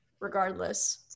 regardless